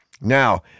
Now